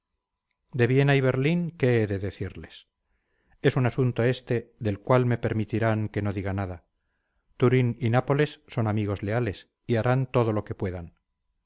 de viena y berlín qué he de decirles es un asunto este del cual me permitirán que no diga nada turín y nápoles son amigos leales y harán todo lo que puedan